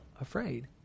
afraid